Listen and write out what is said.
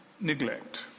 neglect